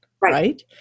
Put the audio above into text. right